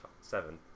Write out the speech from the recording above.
seven